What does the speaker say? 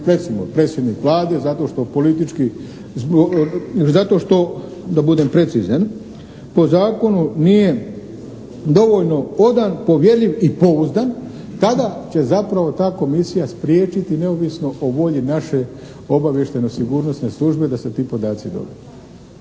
predsjednik Vlade zato što politički, zato da budem precizan po zakonu nije dovoljno odan, povjerljiv i pouzdan, tada će zapravo ta komisija spriječiti neovisno o volji naše obavještajne sigurnosne službe da se ti podaci dobe